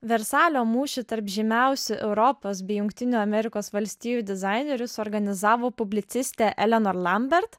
versalio mūšį tarp žymiausių europos bei jungtinių amerikos valstijų dizainerių suorganizavo publicistė elena lambert